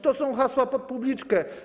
To są hasła pod publiczkę.